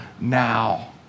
now